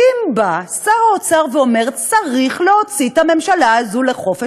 כי אם בא שר האוצר ואומר: צריך להוציא את הממשלה הזאת לחופש,